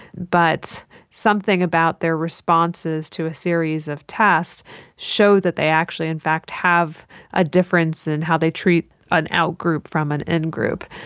but something about their responses to a series of tasks show that they actually in fact have a difference in how they treat an out group from an in group.